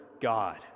God